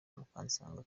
mukansanga